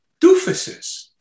doofuses